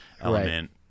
element